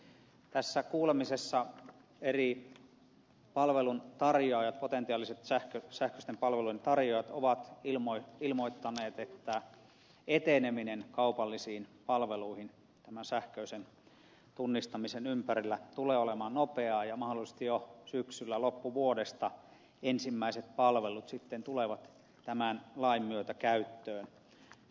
tässä kuulemisessa eri palveluntarjoajat potentiaaliset sähköisten palvelujen tarjoajat ovat ilmoittaneet että eteneminen kaupallisiin palveluihin tämän sähköisen tunnistamisen ympärillä tulee olemaan nopeaa ja mahdollisesti jo syksyllä loppuvuodesta ensimmäiset palvelut sitten tulevat tämän lain myötä käyttöön